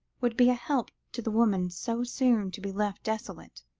would be a help to the woman so soon to be left desolate